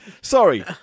Sorry